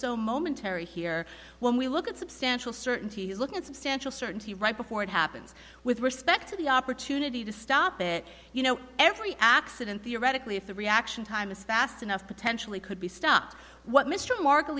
so momentary here when we look at substantial certainties looking at substantial certainty right before it happens with respect to the opportunity to stop it you know every accident theoretically if the reaction time is fast enough potentially could be stopped what mr